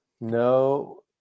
No